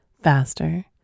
faster